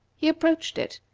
he approached it,